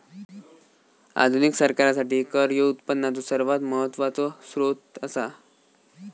आधुनिक सरकारासाठी कर ह्यो उत्पनाचो सर्वात महत्वाचो सोत्र असा